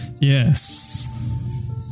Yes